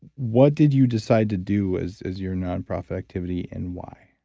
what did you decide to do as as your nonprofit activity, and why?